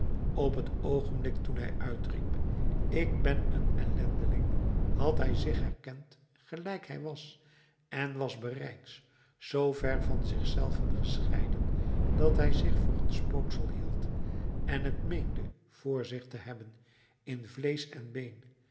op het oogenblik toen hij uitriep ik ben een ellendeling had hij zich herkend gelijk hij was en was bereids zoo ver van zich zelven gescheiden dat hij zich voor een spooksel hield en het meende voor zich te hebben in vleesch en been